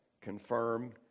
confirm